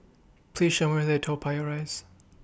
Please Show Me The Way Toa Payoh Rise